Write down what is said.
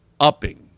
upping